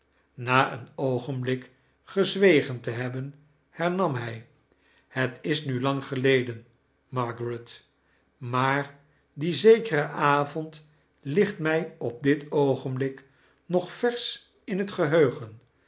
na een oogenblik gezwegen te hefobem hernam hij het is nu lang geleden margaret maar die zekere avond ligt mij op dit oogenblik nog versch in het gegeheugen